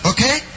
Okay